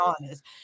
honest